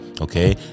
Okay